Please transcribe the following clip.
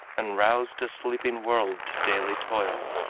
and roused a sleeping world to daily toil,